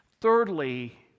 Thirdly